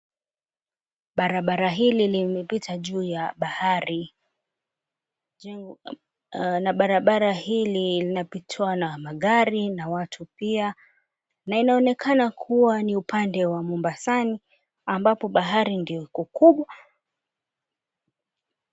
Barabara hili limepita juu ya bahari, jengo ,na barabara hili linapitwa na magari na watu pia na inaonekana kuwa ni upande wa Mombasani ambapo bahari ndio iko kubwa.